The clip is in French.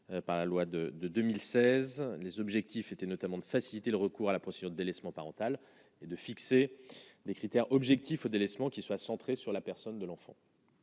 par la loi de de 2016 les objectifs étaient notamment de faciliter le recours à la procédure délaissement parental et de fixer des critères objectifs délaissement qu'soit centré sur la personne de l'enfant,